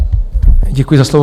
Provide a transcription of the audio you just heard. Děkuji za slovo.